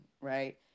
right